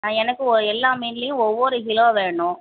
ஆ எனக்கு எல்லா மீன்லையும் ஒவ்வொரு கிலோ வேணும்